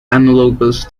analogous